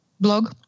blog